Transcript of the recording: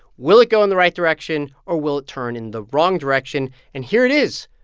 will it go in the right direction, or will it turn in the wrong direction? and here it is.